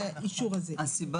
הסיבה